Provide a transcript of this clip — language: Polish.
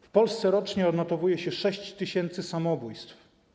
W Polsce rocznie odnotowuje się 6 tys. samobójstw.